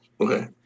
Okay